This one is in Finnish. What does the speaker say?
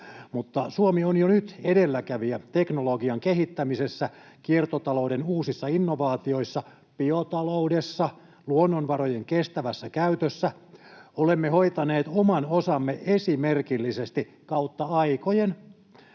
Mutta Suomi on jo nyt edelläkävijä teknologian kehittämisessä, kiertotalouden uusissa innovaatioissa, biotaloudessa, luonnonvarojen kestävässä käytössä. Olemme hoitaneet oman osamme esimerkillisesti kautta aikojen.